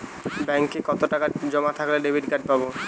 ব্যাঙ্কে কতটাকা জমা থাকলে ডেবিটকার্ড পাব?